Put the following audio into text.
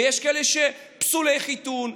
ויש כאלה פסולי חיתון.